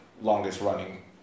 longest-running